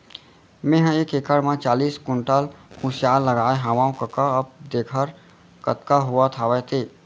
मेंहा एक एकड़ म चालीस कोंटल कुसियार लगाए हवव कका अब देखर कतका होवत हवय ते